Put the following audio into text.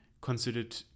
considered